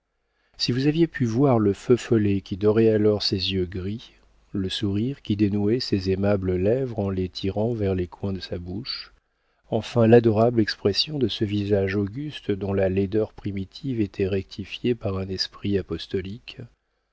si vous aviez pu voir le feu follet qui dorait alors ses yeux gris le sourire qui dénouait ses aimables lèvres en les tirant vers les coins de sa bouche enfin l'adorable expression de ce visage auguste dont la laideur primitive était rectifiée par un esprit apostolique